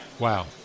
Wow